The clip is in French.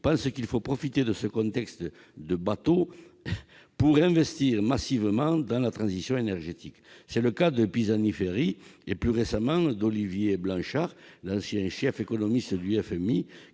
pensent qu'il faut profiter de ce contexte de taux bas pour réinvestir massivement dans la transition énergétique. C'est le cas de Jean Pisani-Ferry et, plus récemment, d'Olivier Blanchard, l'ancien chef économiste du Fonds